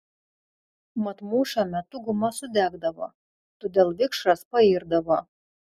mat mūšio metu guma sudegdavo todėl vikšras pairdavo